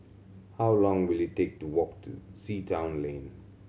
how long will it take to walk to Sea Town Lane